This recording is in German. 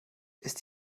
ist